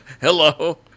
Hello